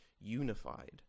unified